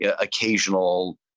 occasional